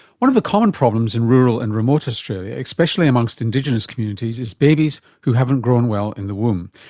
one of the common problems in rural and remote australia, especially amongst indigenous communities, is babies who haven't grown well in the womb.